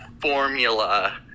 formula